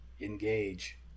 Engage